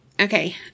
Okay